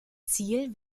ziel